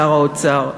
שר האוצר,